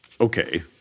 okay